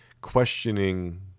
questioning